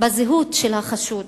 בזהות החשוד.